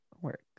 work